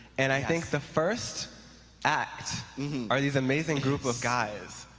and i think the first act are these amazing group of guys.